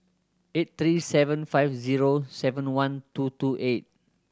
eight three seven five zero seven one two two eight